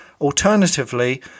Alternatively